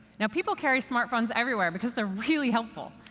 now, people carry smartphones everywhere, because they're really helpful.